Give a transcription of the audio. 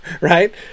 right